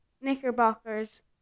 knickerbockers